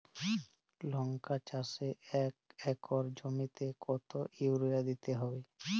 লংকা চাষে এক একর জমিতে কতো ইউরিয়া দিতে হবে?